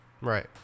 Right